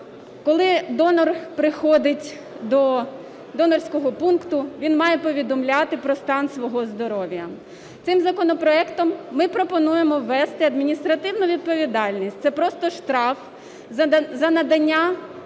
Коли донор приходить до донорського пункту, він має повідомляти про стан свого здоров'я. Цим законопроектом ми пропонуємо ввести адміністративну відповідальність, це просто штраф за надання